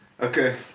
Okay